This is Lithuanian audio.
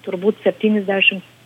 turbūt septyniasdešim